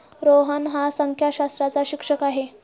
रोहन हा संख्याशास्त्राचा शिक्षक आहे